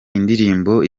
indirimbo